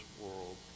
world